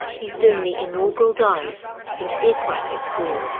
he's doing the inaugural dive into the aquatic